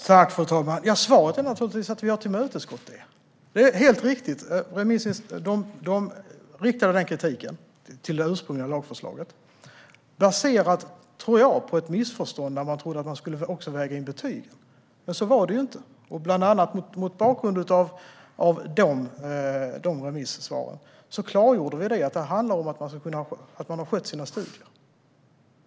Fru talman! Svaret är naturligtvis att vi har tillmötesgått detta. De riktade helt riktigt denna kritik mot det ursprungliga lagförslaget, baserat - tror jag - på ett missförstånd: De trodde att de också skulle väga in betygen. Men så var det ju inte. Mot bakgrund av bland annat dessa remissvar klargjorde vi att det handlar om att man har skött sina studier.